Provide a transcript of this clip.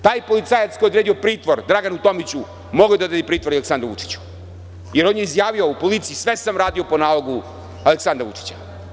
Taj policajac koji je odredio pritvor Draganu Tomiću, mogao je da odredi pritvor i Aleksandru Vučiću jer on je izjavio u policiji – sve sam radio po nalogu Aleksandra Vučića.